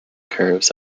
curves